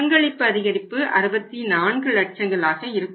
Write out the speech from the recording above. பங்களிப்பு அதிகரிப்பு 64 லட்சங்கள் ஆக இருக்கும்